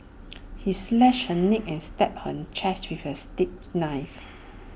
he slashed her neck and stabbed her chest with A steak knife